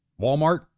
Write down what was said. Walmart